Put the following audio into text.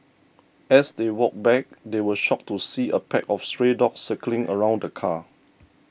as they walked back they were shocked to see a pack of stray dogs circling around the car